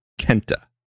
Kenta